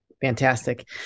Fantastic